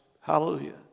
hallelujah